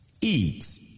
eat